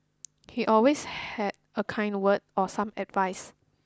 he always had a kind word or some advice